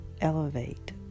elevate